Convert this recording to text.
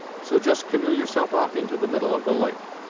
so just canoe yourself off into the middle of the lake,